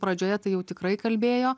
pradžioje tai jau tikrai kalbėjo